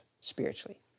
spiritually